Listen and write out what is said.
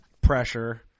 pressure